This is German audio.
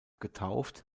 getauft